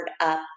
up